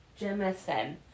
Jemison